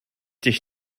dich